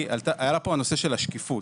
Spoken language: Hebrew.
עלה פה הנושא של השקיפות,